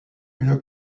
une